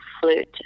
flute